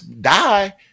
die